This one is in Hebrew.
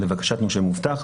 לבקשת נושה מובטח,